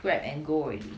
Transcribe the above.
grab and go already